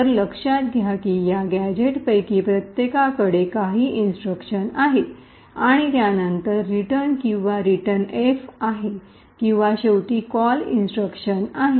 तर लक्षात घ्या की या गॅझेट्सपैकी प्रत्येकाकडे काही इंस्ट्रक्शन आहेत आणि त्यानंतर रिटर्न किंवा रिटर्नएफ आहे किंवा शेवटी कॉल इंस्ट्रक्शन आहे